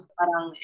parang